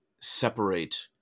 separate